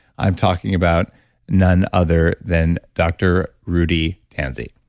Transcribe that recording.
i'm talking about none other than dr. rudy tanzi.